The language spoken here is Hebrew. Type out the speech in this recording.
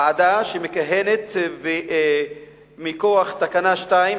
ועדה שמכהנת מכוח תקנה 2,